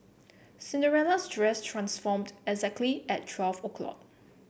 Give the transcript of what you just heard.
cinderella's dress transformed exactly at twelve o' clock